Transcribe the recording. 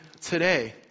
today